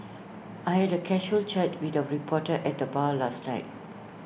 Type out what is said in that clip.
I had A casual chat with A reporter at the bar last night